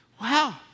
wow